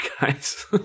guys